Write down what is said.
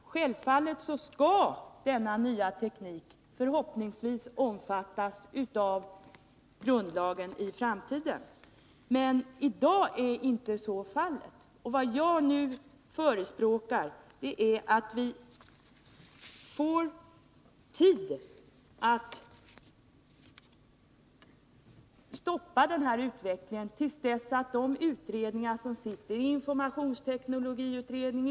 Herr talman! Självfallet måste vi hoppas att denna nya teknik skall omfattas av grundlagen i framtiden. Men i dag är så inte fallet. Vad jag nu förespråkar är att vi skall få tid på oss för att stoppa utvecklingen till dess att de utredningar som arbetar kommer fram till några konkreta resultat.